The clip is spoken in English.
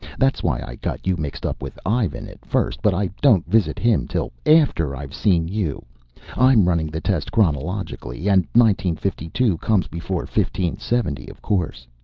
that's why i got you mixed up with ivan at first. but i don't visit him till after i've seen you i'm running the test chronologically, and nineteen-fifty-two comes before fifteen-seventy, of course.